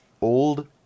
old